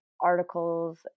articles